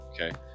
okay